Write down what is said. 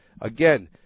again